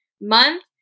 month